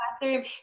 bathroom